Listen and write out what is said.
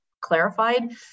clarified